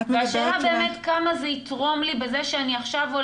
השאלה כמה באמת זה יתרום לי בזה שעכשיו אני